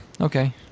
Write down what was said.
Okay